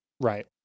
Right